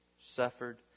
suffered